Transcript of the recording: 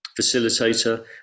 facilitator